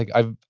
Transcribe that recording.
like i've,